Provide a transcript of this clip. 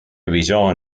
resigned